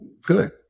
Good